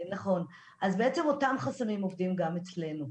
אז בעצם אותם החסמים עובדים גם אצלינו.